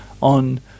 on